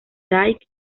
dyke